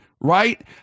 right